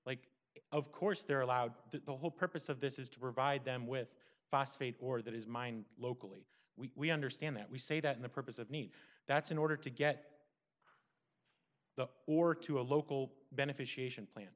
like of course they're allowed that the whole purpose of this is to provide them with phosphate or that is mine locally we understand that we say that the purpose of meat that's in order to get the or to a local beneficiation plan